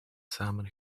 samen